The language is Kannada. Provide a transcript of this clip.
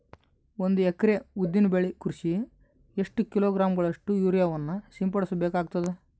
ಒಂದು ಎಕರೆ ಉದ್ದಿನ ಬೆಳೆ ಕೃಷಿಗೆ ಎಷ್ಟು ಕಿಲೋಗ್ರಾಂ ಗಳಷ್ಟು ಯೂರಿಯಾವನ್ನು ಸಿಂಪಡಸ ಬೇಕಾಗತದಾ?